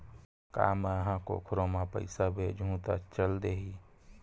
का मै ह कोखरो म पईसा भेजहु त चल देही?